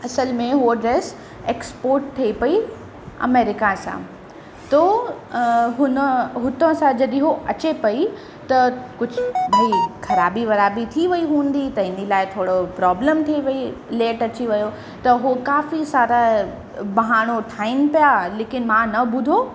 असल में हूअ ड्रेस ऐक्सपॉट थिए पेई अमेरिका सां थो हुन हुतां सां जॾहिं उहो अचे पेई त कुझु बि ख़राबी वराबी थी वेई हूंदी त हिन लाइ थोरो प्रोब्लम थी वेई लेट अची वियो त उहो खाफ़ी सारा बहानो ठाहिनि पिया लेकिनि मां न ॿुधो